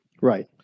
Right